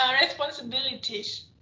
responsibilities